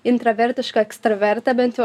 intravertiška ekstravertė bent jau